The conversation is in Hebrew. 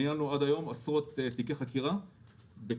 ניהלנו עד היום עשרות תיקי חקירה בכל